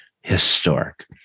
historic